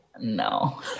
No